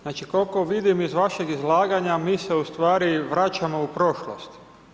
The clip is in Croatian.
Znači, koliko vidim iz vašeg izlaganja, mi se ustvari vraćamo u prošlost.